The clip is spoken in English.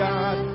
God